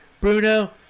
Bruno